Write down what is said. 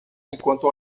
enquanto